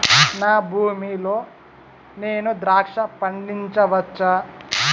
నా భూమి లో నేను ద్రాక్ష పండించవచ్చా?